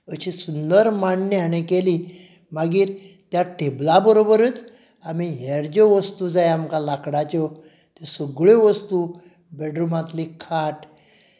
अशी सुंदर मांडणी हांणी केली मागीर त्या टेबला बरोबरच आमी हेर ज्यो वस्तू जाय आमकां लाकडाच्यो त्यो सगळ्यो वस्तू बेडरूमांतली खाट